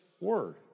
word